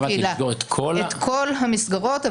לסגור את כל המסגרות.